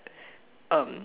um